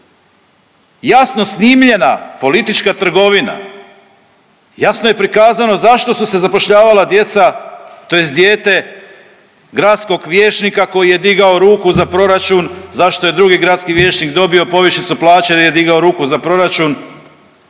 Jasno smisljena politička trgovina, jasno je prikazano zašto su se zapošljavala djeca, tj. dijete gradskog vijećnika koji je digao ruku za proračun, zašto je drugi gradski vijećnik dobio povišicu plaće jer je digao ruku za proračun,